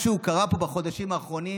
משהו קרה פה בחודשים האחרונים.